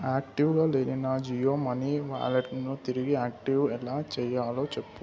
యాక్టివ్గా లేని నా జియో మనీ వ్యాలెట్ని తిరిగి యాక్టివ్ ఎలా చెయ్యాలో చెప్పు